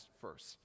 first